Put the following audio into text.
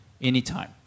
anytime